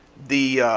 the